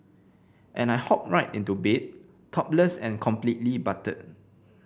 and I hop right into bed topless and completely buttered